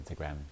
Instagram